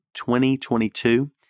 2022